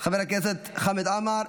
חבר הכנסת חמד עמאר,